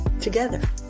together